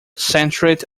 centred